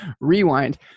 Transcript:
rewind